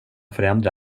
förändra